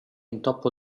intoppo